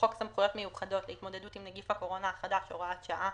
לחוק סמכויות מיוחדות להתמודדות עם נגיף הקורונה החדש (הוראת שעה),